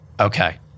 Okay